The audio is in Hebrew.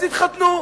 אז יתחתנו.